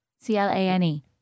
C-L-A-N-E